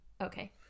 Okay